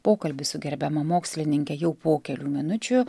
pokalbis su gerbiama mokslininke jau po kelių minučių